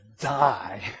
die